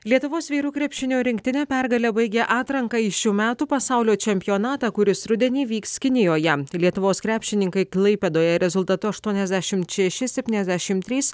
lietuvos vyrų krepšinio rinktinė pergale baigė atranką į šių metų pasaulio čempionatą kuris rudenį vyks kinijoje lietuvos krepšininkai klaipėdoje rezultatu aštuoniasdešimt šeši septyniasdešimt trys